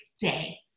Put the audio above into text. day